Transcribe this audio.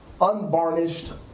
unvarnished